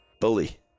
bully